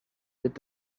litt